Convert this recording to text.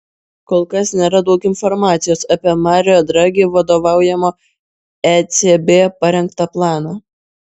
kol kas nėra daug informacijos apie mario dragi vadovaujamo ecb parengtą planą